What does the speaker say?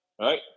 right